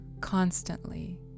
constantly